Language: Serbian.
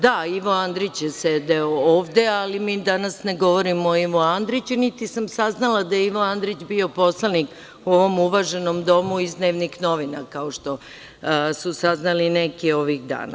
Da, Ivo Andrić je sedeo ovde ali mi danas ne govorimo o Ivi Andriću, niti sam saznala da je Ivo Andrić bio poslanik u ovom uvaženom domu iz dnevnih novina, kao što su saznali neki ovih dana.